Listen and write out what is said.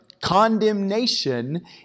condemnation